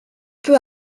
peu